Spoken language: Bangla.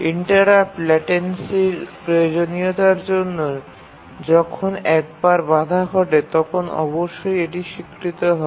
ইন্টারাপ্ট ল্যাটেন্সির প্রয়োজনীয়তার জন্য যখন একবার বাধা ঘটে তখন অবশ্যই এটি স্বীকৃত হয়